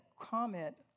comment